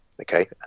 Okay